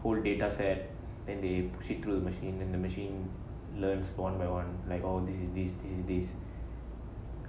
poll data set then they proceed through the machine then the machine learnt one by one like all this is this is this